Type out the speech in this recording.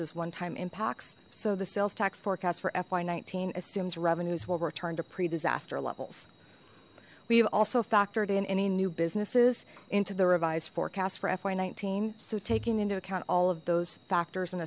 as one time impacts so the sales tax forecast for fy nineteen assumes revenues will return to pre disaster levels we have also factored in any new businesses into the revised forecast for fy nineteen so taking into account all of those factors